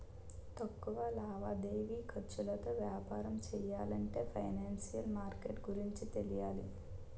తక్కువ లావాదేవీ ఖర్చులతో వ్యాపారం చెయ్యాలంటే ఫైనాన్సిషియల్ మార్కెట్ గురించి తెలియాలి